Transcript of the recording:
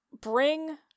bring